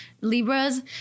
Libras